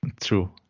True